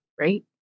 Right